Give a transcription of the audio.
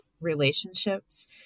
relationships